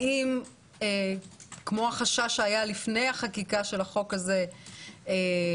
האם כמו החשש לפני החקיקה של החוק הזה זה